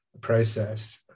process